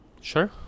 Sure